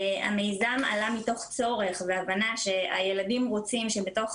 המיזם עלה מתוך צורך והבנה שהילדים רוצים שבתוך